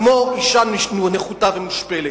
כמו אשה נחותה ומושפלת.